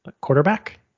quarterback